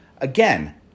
Again